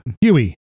Huey